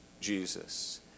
jesus